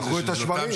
מכרו את השוורים.